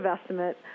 estimate